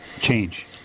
change